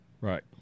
Right